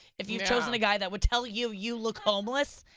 if you chose and the guy that would tell you you look homeless.